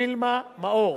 וילמה מאור.